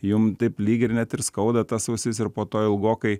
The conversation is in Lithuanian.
jum taip lyg ir net ir skauda tas ausis ir po to ilgokai